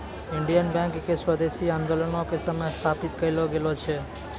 Indian bank के स्वदेशी आन्दोलनो के समय स्थापित करलो गेलो छै